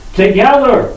together